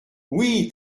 oui